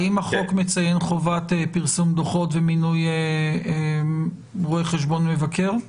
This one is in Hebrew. האם החוק מציין חובת פרסום דוחות ומינוי רואה חשבון מבקר?